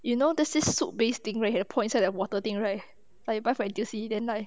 you know there's this soup base thingy where you put inside the water thing right like you buy from N_T_U_C then like